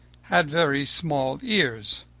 had very small ears,